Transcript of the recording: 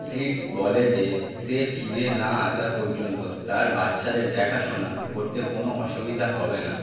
seed বলে যে সে ফিরে না আসা পর্যন্ত তার বাচ্চাদের দেখাশোনা করতে কোনো অসুবিধা হবে না